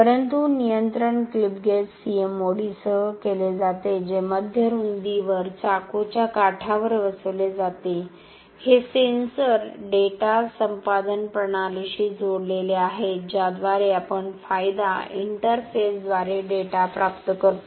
परंतु नियंत्रण clip gauge CMOD सह केले जाते जे मध्य रुंदीवर चाकूच्या काठावर बसवले जाते हे सेन्सर डेटा संपादन प्रणालीशी जोडलेले आहेत ज्याद्वारे आपण फायदा इंटरफेसद्वारे डेटा प्राप्त करतो